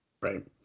Right